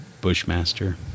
Bushmaster